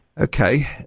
Okay